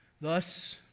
Thus